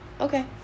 okay